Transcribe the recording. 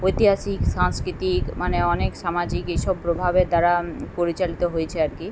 ঐতিহাসিক সাংস্কৃতিক মানে অনেক সামাজিক এই সব প্রভাবের দ্বারা পরিচালিত হয়েছে আর কি